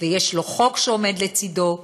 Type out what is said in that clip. ויש לו חוק שעומד לצדו.